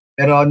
Pero